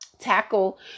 Tackle